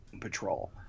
Patrol